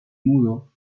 mudo